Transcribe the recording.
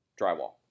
Drywall